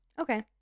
Okay